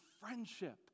friendship